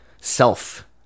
self